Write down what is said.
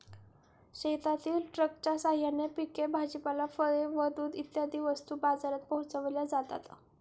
शेतातील ट्रकच्या साहाय्याने पिके, भाजीपाला, फळे व दूध इत्यादी वस्तू बाजारात पोहोचविल्या जातात